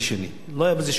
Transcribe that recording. לא היה בזה שום היגיון.